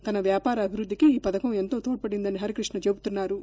తన వ్యాపార అభివృద్దికి ఈ పథకం ఎంతో తోడ్పడిందని హరికృష్ణ చెబుతున్నారు